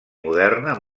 moderna